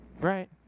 right